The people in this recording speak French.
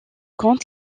compte